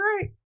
great